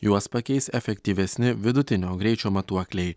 juos pakeis efektyvesni vidutinio greičio matuokliai